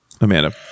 Amanda